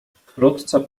wkrótce